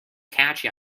catchy